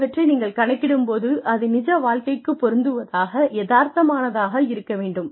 ஆகியவற்றை நீங்கள் கணக்கிடும் போது அது நிஜ வாழ்க்கைக்குப் பொருந்துவதாக யதார்த்தமானதாக இருக்க வேண்டும்